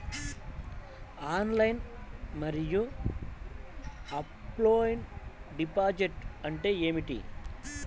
Online మరియు offline deposit అంటే ఏమిటి?